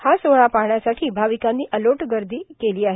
हा सोहळा पाहण्यासाठी भारवकांची अलोट गर्दा होत आहे